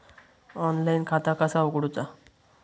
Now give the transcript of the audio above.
Online खाता कसा उगडूचा?